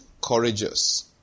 courageous